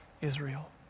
Israel